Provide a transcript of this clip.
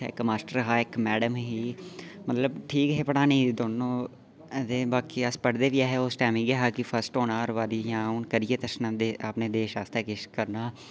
उत्थै इक मास्टर ते इक मैडम ही मतलब ठीक हे पढ़ाने गी दोऐ ते बाकी अस ठीक गै ऐ हे उस टैम इ'यै हा कि फस्ट औना हर बारी ते अपने देश आस्तै किश करना